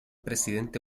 presidente